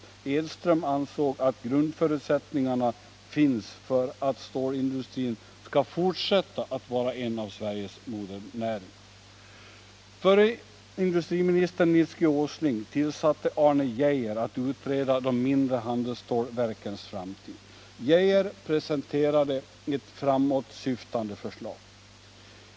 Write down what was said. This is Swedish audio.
Professor Edström ansåg att grundförutsättningarna finns för att stålindustrin skall fortsätta att vara en av Sveriges modernäringar. Förre industriministern, Nils G. Åsling, tillsatte Arne Geijer att utreda de mindre handelsstålverkens framtid. Herr Geijer presenterade ett framåtsyftande förslag.